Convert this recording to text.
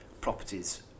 properties